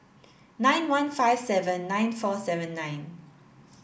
nine one five seven nine four seven nine